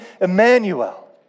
Emmanuel